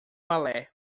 balé